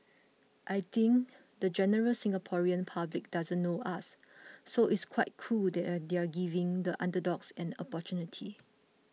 I think the general Singaporean public doesn't know us so it's quite cool that they're there giving the underdogs an opportunity